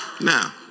Now